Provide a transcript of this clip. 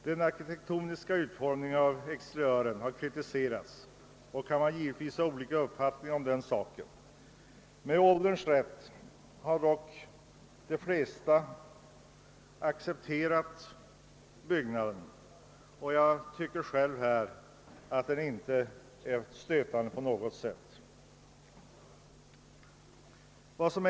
Den arkitektoniska utformningen av exteriören har kritiserats, och man kan givetvis ha olika uppfattningar om den saken. De flesta har dock accepterat byggnaden, och jag tycker själv att den inte är stötande på något sätt.